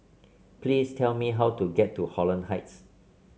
please tell me how to get to Holland Heights